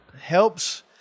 helps